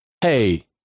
Hey